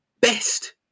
best